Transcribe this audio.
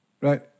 Right